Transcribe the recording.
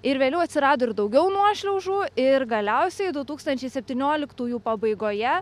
ir vėliau atsirado ir daugiau nuošliaužų ir galiausiai du tūkstančiai septynioliktųjų pabaigoje